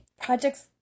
projects